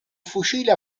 fucile